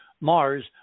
Mars